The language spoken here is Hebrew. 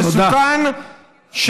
מסוכן,